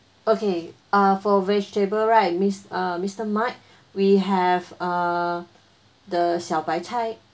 okay ah for vegetable right miss ah mister mike we have uh the 小白菜